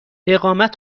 اقامت